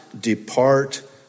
depart